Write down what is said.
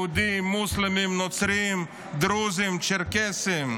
יהודים, מוסלמים, נוצרים, דרוזים, צ'רקסים.